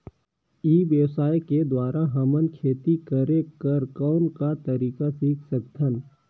ई व्यवसाय के द्वारा हमन खेती करे कर कौन का तरीका सीख सकत हन?